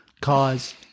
cause